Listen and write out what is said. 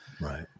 right